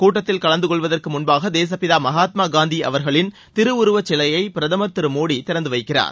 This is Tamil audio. கூட்டத்தில் கலந்துகொள்வதற்கு முன்பாக தேசப்பிதா மகாத்மா காந்தி அவர்களின் திருவுருவச்சிலையை பிரதமர் திரு மோடி திறந்து வைக்கிறார்